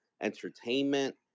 entertainment